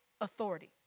authority